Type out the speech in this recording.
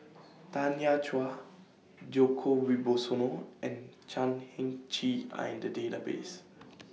Tanya Chua Djoko Wibisono and Chan Heng Chee Are in The Database